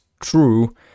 true